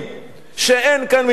שאין כאן מדיניות.